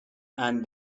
and